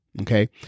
Okay